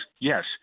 yes